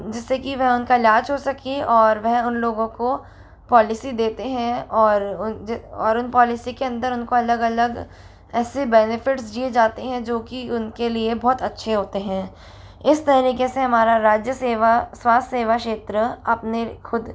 जिससे कि वह उनका इलाज़ हो सके और वह उन लोगों को पॉलिसी देते हैं और और उन पॉलिसी के अंदर उनको अलग अलग ऐसे बेनिफिट्स दिए जाते हैं जो कि उनके लिए बहुत अच्छे होते हैं इस तरीके से हमारा राज्य सेवा स्वास्थ्य सेवा क्षेत्र अपने ख़ुद